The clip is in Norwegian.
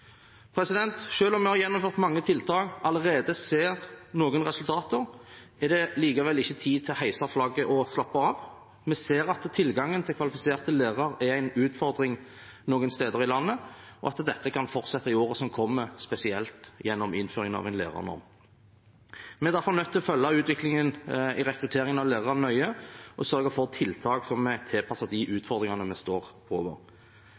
om vi har gjennomført mange tiltak og allerede ser noen resultater, er det ikke tiden for å heise flagget og slappe av. Vi ser at tilgangen på kvalifiserte lærere er en utfordring noen steder i landet, og at dette kan fortsette i årene som kommer, spesielt gjennom innføringen av en lærernorm. Vi er derfor nødt til å følge utviklingen i rekrutteringen av lærere nøye og sørge for tiltak som er tilpasset de